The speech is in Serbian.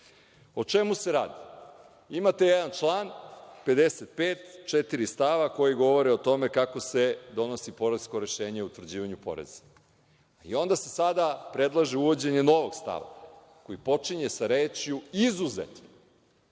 O čemu se radi? Imate jedan član 55, četiri stava koji govore o tome kako se donosi poresko rešenje o utvrđivanju poreza i onda se sada predlaže uvođenje novog stava koji počinje sa rečju – izuzetno.